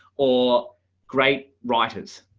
or great writers.